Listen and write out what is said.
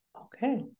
okay